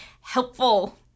helpful